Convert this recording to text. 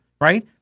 right